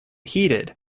heated